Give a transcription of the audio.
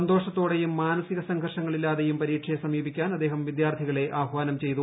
സന്തോഷത്തോടെയും മാനസിക സംഘർഷങ്ങൾ ഇല്ലാതെയും പരീക്ഷയെ സമീപിക്കാൻ അദ്ദേഹം വിദ്യാർത്ഥികളെ ആഹാനം ചെയ്തു